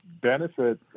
benefit